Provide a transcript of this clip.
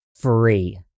free